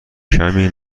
کمی